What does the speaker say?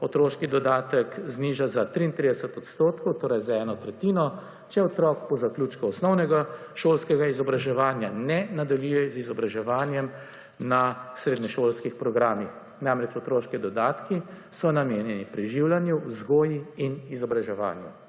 otroški dodatek zniža za 33 %, torej za eno tretjino, če otrok po zaključku osnovnega šolskega izobraževanja ne nadaljuje z izobraževanjem na srednješolskih programih. Namreč otroški dodatki so namenjeni preživljanju, vzgoji in izobraževanju.